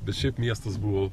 bet šiaip miestas buvo